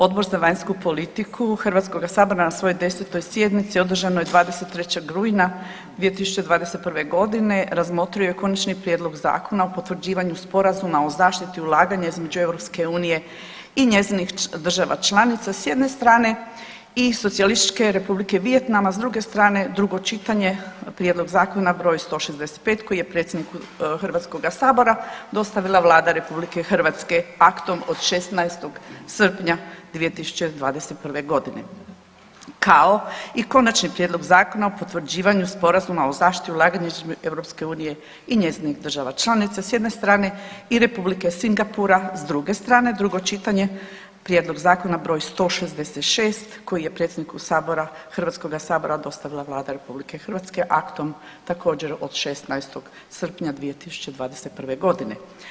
Odbor za vanjsku politiku HS na svojoj 10. sjednici održanoj 23. rujna 2021.g. razmotrio je Konačni prijedlog Zakona o potvrđivanju sporazuma o zaštiti ulaganja između EU i njezinih država članica s jedne strane i Socijalističke Republike Vijetnama s druge strane, drugo čitanje, prijedlog zakona br. 165. koji je predsjedniku HS dostavila Vlada RH aktom od 16. srpnja 2021.g., kao i Konačni prijedlog Zakona o potvrđivanju sporazuma o zaštiti ulaganja između EU i njezinih država članica s jedne strane i Republike Singapura s druge strane, drugo čitanje, prijedlog zakona br. 166. koji je predsjedniku sabora, HS dostavila Vlada RH aktom također od 16. srpnja 2021.g.